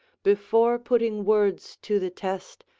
before putting words to the test,